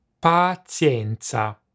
Pazienza